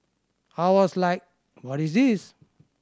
I was like what is this